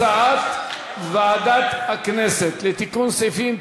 הצעת ועדת הכנסת לתיקון סעיפים 9,